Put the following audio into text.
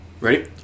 Ready